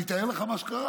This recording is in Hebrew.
אני אתאר לך מה שקרה.